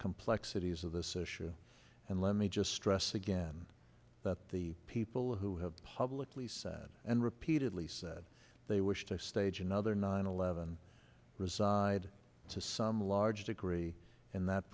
complexities of this issue and let me just stress again that the people who have publicly said and repeatedly said they wish to stage another nine eleven reside to some large degree in that